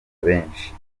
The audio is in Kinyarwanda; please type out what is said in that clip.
benshi